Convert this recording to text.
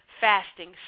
fasting